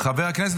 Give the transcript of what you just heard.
חבריי חברי